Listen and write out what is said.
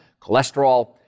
cholesterol